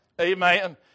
Amen